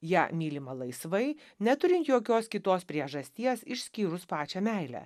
ja mylima laisvai neturint jokios kitos priežasties išskyrus pačią meilę